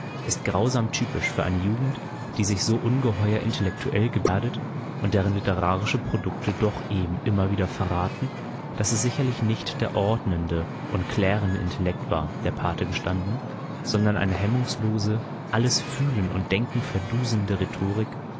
ist grausam typisch für eine jugend die sich so ungeheuer intellektuell gebärdet und deren literarische produkte doch eben immer wieder verraten daß es sicherlich nicht der ordnende und klärende intellekt war der pate gestanden sondern eine hemmungslose alles fühlen und denken verduselnde rhetorik